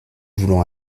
voulant